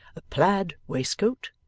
a plaid waistcoat,